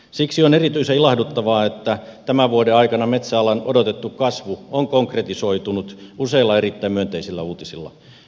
siksi on erityisen ilahduttavaa että tämän vuoden aikana metsäalan odotettu kasvu on konkretisoitunut useilla erittäin myönteisillä uutisilla